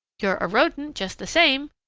you're a rodent just the same.